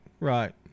Right